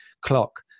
clock